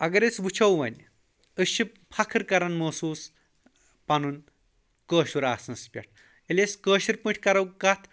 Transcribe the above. اگر أسۍ وٕچھو وۄنۍ أسۍ چھِ فَخٕر کَران محسوٗس پنُن کٲشُر آسنَس پؠٹھ ییٚلہِ أسۍ کٲشِر پٲٹھۍ کرَو کَتھ